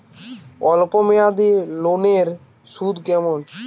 অল্প মেয়াদি লোনের সুদ কেমন?